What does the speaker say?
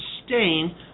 sustain